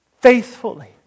faithfully